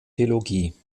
theologie